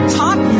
talk